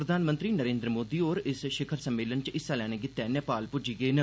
प्रधानमंत्री नरेनद्र मोदी होर इस शिखर सम्मेलन च हिस्सा लैने लेई नेपाल पुज्जी गे न